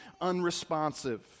unresponsive